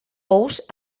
ous